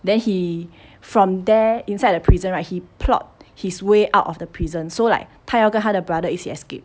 then he from there inside the prison right he plot his way out of the prison so like 他要跟他的 brother 一起 escape